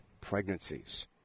pregnancies